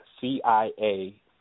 CIA